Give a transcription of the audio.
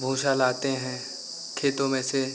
भूसा लाते हैं खेतों में से